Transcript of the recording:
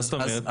מה זאת אומרת?